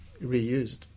reused